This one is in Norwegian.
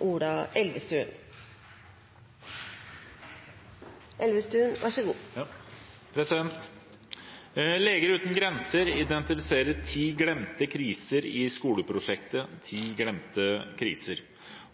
Ola Elvestuen. «Leger Uten Grenser identifiserer 10 glemte kriser i skoleprosjektet «10 glemte kriser».